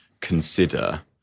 consider